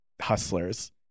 hustlers